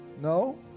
No